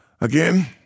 Again